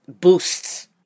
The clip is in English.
boosts